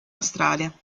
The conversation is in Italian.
australia